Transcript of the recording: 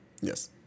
Yes